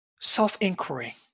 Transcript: self-inquiry